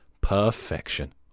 Perfection